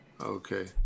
Okay